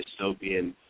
dystopian